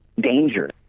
danger